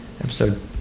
Episode